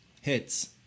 hits